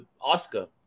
Oscar